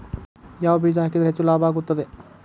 ಯಾವ ಬೇಜ ಹಾಕಿದ್ರ ಹೆಚ್ಚ ಲಾಭ ಆಗುತ್ತದೆ?